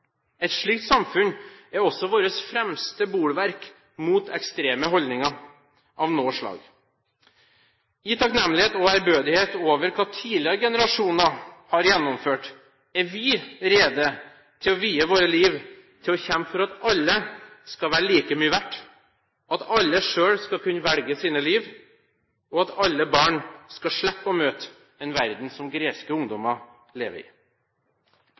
Et slikt samfunn er også vårt fremste bolverk mot ekstreme holdninger av noe slag. I takknemlighet og ærbødighet over hva tidligere generasjoner har gjennomført, er vi rede til å vie vårt liv til å kjempe for at alle skal være like mye verdt, at alle selv skal kunne velge sitt liv, og at alle barn skal slippe å møte en verden som den greske ungdommer lever i.